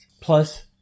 plus